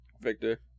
Victor